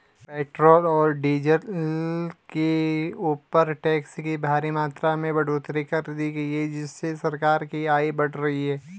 petrol और diesel के ऊपर टैक्स की भारी मात्रा में बढ़ोतरी कर दी गई है जिससे सरकार की आय बढ़ रही है